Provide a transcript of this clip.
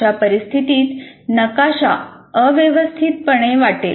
अशा परिस्थितीत नकाशा अव्यवस्थितपणे वाढेल